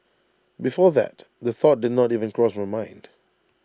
before that the thought did not even cross my mind